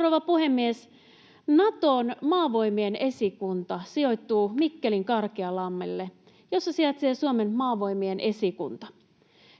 rouva puhemies! Naton maavoimien esikunta sijoittuu Mikkelin Karkialammelle, jossa sijaitsee Suomen maavoimien esikunta.